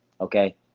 okay